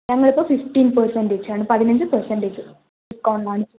ഞങ്ങളിപ്പോൾ fifteen percentage ആണ് പതിനഞ്ച് പെർസെന്റജ് ഡിസ്കൗണ്ട് ആണ്